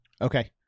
Okay